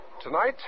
Tonight